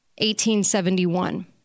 1871